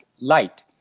light